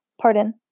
Pardon